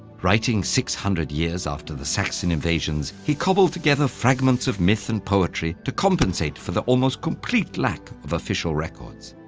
writing six hundred years after the saxon invasions, he cobbled together fragments of myth and poetry to compensate for the almost complete lack of official records.